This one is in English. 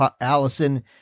Allison